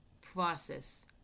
process